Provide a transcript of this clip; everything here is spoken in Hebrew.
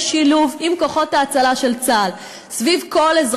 בשילוב עם כוחות ההצלה של צה"ל אז למה אתם מקצצים בתקציב של משרד החוץ?